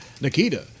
Nikita